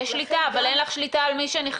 יש שליטה, אבל אין לך שליטה על מי שנכנס.